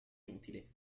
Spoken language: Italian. inutili